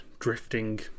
drifting